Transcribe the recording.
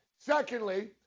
secondly